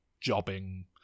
jobbing